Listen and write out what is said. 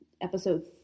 episode